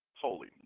holy